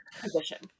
position